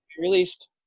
released